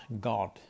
God